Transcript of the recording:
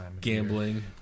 gambling